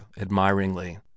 admiringly